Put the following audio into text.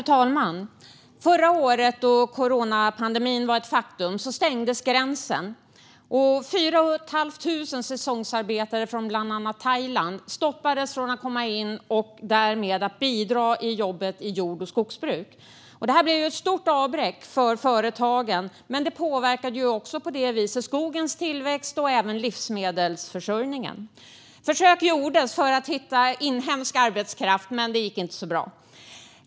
Fru talman! Förra året stängdes gränsen då coronapandemin blivit ett faktum. 4 500 säsongsarbetare från bland annat Thailand stoppades från att komma in och därmed från att bidra genom arbete i jord och skogsbruk. Det här blev ett stort avbräck för företagen, men det påverkade också skogens tillväxt och livsmedelsförsörjningen. Försök gjordes för att hitta inhemsk arbetskraft, men det gick inte så bra.